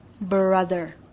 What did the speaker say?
brother